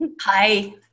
Hi